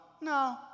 no